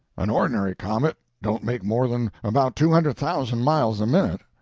an ordinary comet don't make more than about two hundred thousand miles a minute.